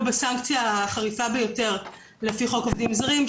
בסנקציה החריפה ביותר לפי חוק עובדים זרים,